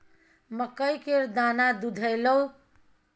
मकइ केर दाना दुधेलौ?